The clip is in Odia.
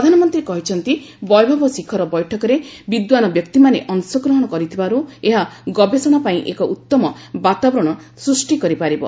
ପ୍ରଧାନମନ୍ତ୍ରୀ କହିଛନ୍ତି ବୈଭବ ଶିଖର ବୈଠକରେ ବିଦ୍ୱାନ ବ୍ୟକ୍ତିମାନେ ଅଂଶଗ୍ରହଣ କରିଥିବାରୁ ଏହା ଗବେଷଣା ପାଇଁ ଏକ ଉତ୍ତମ ବାତାବରଣ ସୃଷ୍ଟି କରିପାରିବ